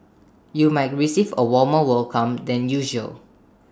you might receive A warmer welcome than usual